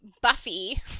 Buffy